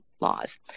laws